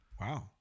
Wow